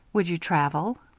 would you travel?